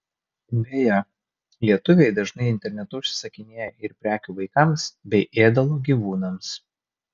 beje lietuviai dažnai internetu užsisakinėja ir prekių vaikams bei ėdalo gyvūnams